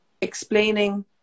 explaining